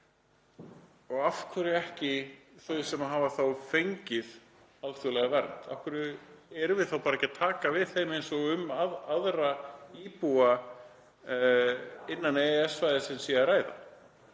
Og af hverju ekki þau sem hafa þá fengið alþjóðlega vernd? Af hverju erum við þá ekki bara að taka við því fólki eins og um aðra íbúa innan EES-svæðisins sé að ræða?